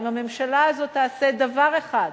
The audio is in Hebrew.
אם הממשלה הזאת תעשה דבר אחד,